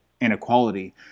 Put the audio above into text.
inequality